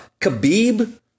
Khabib